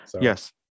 Yes